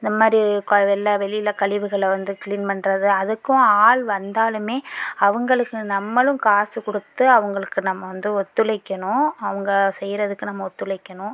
இந்தமாதிரி வெள்ல வெளியில் கழிவுகளை வந்து கிளீன் பண்றது அதுக்கும் ஆள் வந்தாலுமே அவங்களுக்கு நம்பளும் காசு கொடுத்து அவங்களுக்கு நம்ம வந்து ஒத்துழைக்கணும் அவங்க செய்வறத்துக்கு நம்ம ஒத்துழைக்கணும்